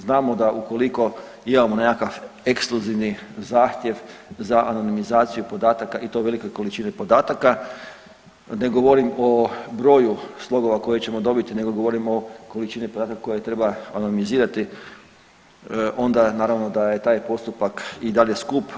Znamo da ukoliko imamo nekakav ekskluzivni zahtjev za anonimizaciju podataka i to velike količine podataka, ne govorim o broju slogova koje ćemo dobiti nego govorim o količini podataka koje treba anonimizirati onda naravno da je taj postupak i dalje skup.